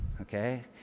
okay